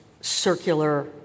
circular